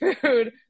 food